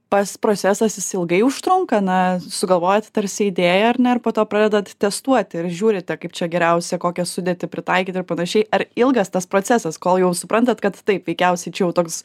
pats procesas jis ilgai užtrunka na sugalvojat tarsi idėja ar ne ir po to pradedat testuoti ir žiūrite kaip čia geriausia kokią sudėtį pritaikyti ir panašiai ar ilgas tas procesas kol jau suprantat kad taip veikiausiai čia jau toks